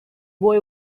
boy